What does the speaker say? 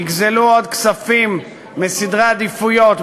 יגזלו עוד כספים מסדרי עדיפויות,